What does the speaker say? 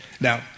Now